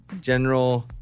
General